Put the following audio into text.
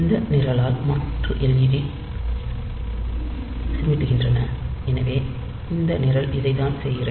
இந்த நிரலால் மாற்று led சிமிட்டுகின்றன எனவே இந்த நிரல் இதைத்தான் செய்கிறது